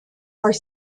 are